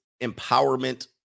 empowerment